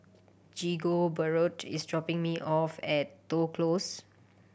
Rigoberto is dropping me off at Toh Close